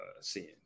seeing